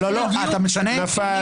נפל.